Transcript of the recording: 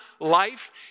life